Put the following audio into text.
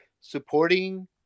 supporting